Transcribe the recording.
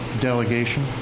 delegation